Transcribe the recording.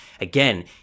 again